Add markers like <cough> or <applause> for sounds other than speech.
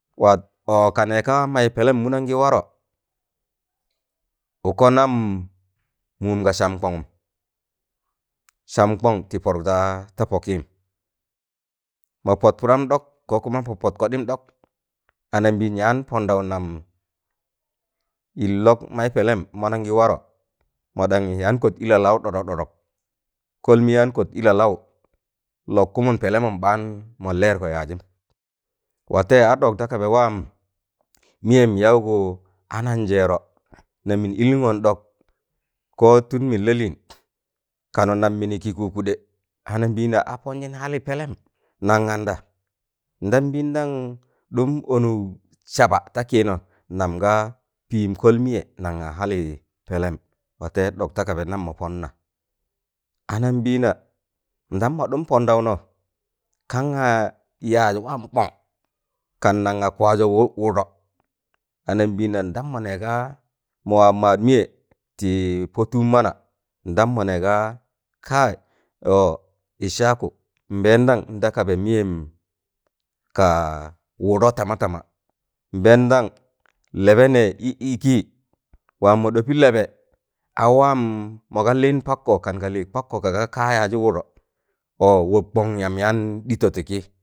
<unintelligible> ọọ ka nẹẹkaa maị pẹlẹm munan gị warọ, ụkọ nam mụụm ga sam kọngụm sam kọn tịpọdụk da ta pọkịịm mọ pọt pụdam ɗọk ko kuma ka pod koɗim ɗok anambịịn yaan pọndaụ nam yịn lọk maị pẹlẹm mọnọn gị warọ, mọ ɗanye yaan kọt ịlalau ɗọdọk ɗọdọk kọl mị yaan kọt ilalaụ lọk kụmụn pẹlẹmụm ɓaan mọn lẹẹrgọ yaajịm, waitẹ a ɗọk da kaba waam mịyẹm yaụgu anannjẹẹrọ nam mịn ilingọn ɗọk ko tun mịn lalịịn kanụ nam mịnim ki kụ- kụɗẹ anambịịna a pọnjị hali pẹlẹm nam ganda ndam nbịịndam ɗụm ọnụk saba ta kịịnọ nam ga pịịm kọl mịyẹ nan ga hali pẹlẹm watẹịyẹ ɗọk ta kaba nam mo poona anambịịna ndam mọ ɗụm pọndaụnọ kan ga yaaz waam kọng kan nan ga kwazo wụd- wụdọ anambịịna ndam mọ nẹgaa mọwa maad mịyẹ tịị pọ tụụb mana ndam mọ nẹga kai ọọ Ịshakụ nbẹẹndan ndakaba mịyẹm kaa wụdọ tama tama nbẹẹndan lẹbẹ nẹẹ ị ịkịị waam mọ ɗọpị lẹbẹ awaam mọga lịịn pakko kan ka lịịn pakkọ kaga kaa yaajị wụdọ ọọ wọbkọn yam yaan ɗịtọ tị kịị.